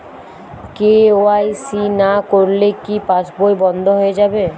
KYC না করলে কি পাশবই বন্ধ হয়ে যাবে?